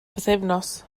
bythefnos